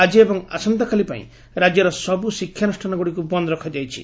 ଆକି ଏବଂ ଆସନ୍ତାକାଲି ପାଇଁ ରାଜ୍ୟର ସବୁ ଶିକ୍ଷାନୁଷାନଗୁଡ଼ିକୁ ବନ୍ଦ ରଖାଯାଇଛି